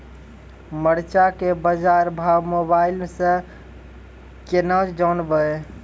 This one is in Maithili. मरचा के बाजार भाव मोबाइल से कैनाज जान ब?